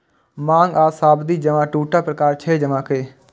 मांग आ सावधि जमा दूटा प्रकार छियै जमा के